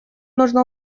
нужно